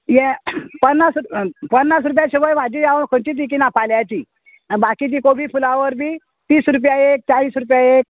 यें पन्नास पन्नास रुपया सकयल भाजी हांव खंयचीच विकीना पाल्याची बाकीची कोबी फुलावर बी तीस रुपया एक चाळीस रुपया एक